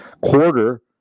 quarter